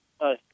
Hi